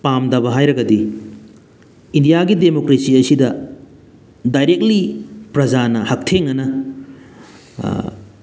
ꯄꯥꯝꯗꯕ ꯍꯥꯏꯔꯒꯗꯤ ꯏꯟꯗꯤꯌꯥꯒꯤ ꯗꯦꯃꯣꯀ꯭ꯔꯦꯁꯤ ꯑꯁꯤꯗ ꯗꯥꯏꯔꯦꯛꯂꯤ ꯄ꯭ꯔꯖꯥꯅ ꯍꯛꯊꯦꯡꯅꯅ